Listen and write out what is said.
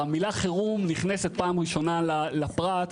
המילה "חירום" נכנסת פעם ראשונה לפרט,